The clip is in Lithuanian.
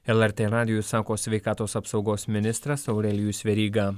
lrt radijui sako sveikatos apsaugos ministras aurelijus veryga